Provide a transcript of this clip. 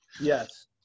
Yes